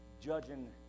judging